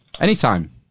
Anytime